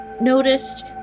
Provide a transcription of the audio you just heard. noticed